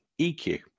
EQ